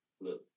Look